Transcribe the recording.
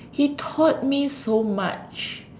he taught me so much